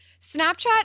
snapchat